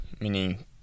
meaning